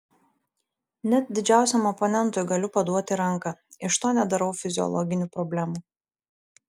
net didžiausiam oponentui galiu paduoti ranką iš to nedarau fiziologinių problemų